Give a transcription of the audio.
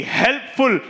helpful